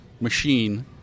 machine